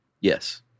Yes